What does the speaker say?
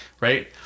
right